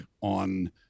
on